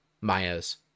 Maya's